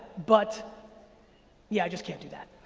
but yeah, i just can't do that.